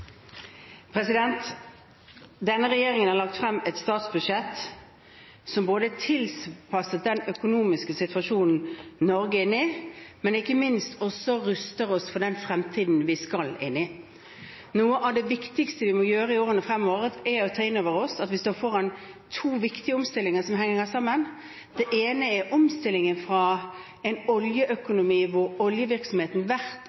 Denne regjeringen har lagt frem et forslag til statsbudsjett som både er tilpasset den økonomiske situasjonen Norge er i, og som ikke minst ruster oss for den fremtiden vi skal inn i. Noe av det viktigste vi må gjøre i årene fremover, er å ta inn over oss at vi står foran to viktige omstillinger som henger sammen. Den ene er omstillingen fra en